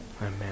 Amen